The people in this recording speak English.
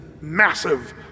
massive